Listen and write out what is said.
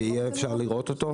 ויהיה אפשר לראות אותו.